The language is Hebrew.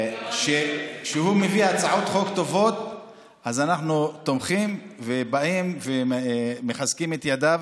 כשהוא מביא הצעות חוק טובות אנחנו תומכים ומחזקים את ידיו.